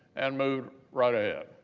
and moved right ahead.